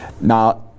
Now